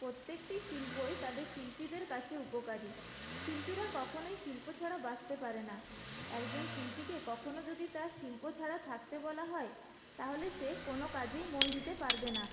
প্রত্যেকটি শিল্পই তাদের শিল্পীদের কাছে উপকারী শিল্পীরা কখনওই শিল্প ছাড়া বাঁচতে পারে না একজন শিল্পীকে কখনও যদি তার শিল্প ছাড়া থাকতে বলা হয় তাহলে সে কোনো কাজেই মন দিতে পারবে না